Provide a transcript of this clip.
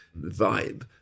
vibe